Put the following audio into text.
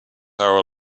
our